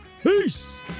peace